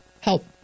help